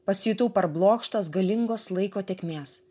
pasijutau parblokštas galingos laiko tėkmės